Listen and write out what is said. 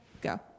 Go